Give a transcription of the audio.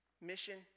mission